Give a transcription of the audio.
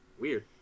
Weird